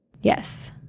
yes